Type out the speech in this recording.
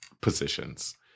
positions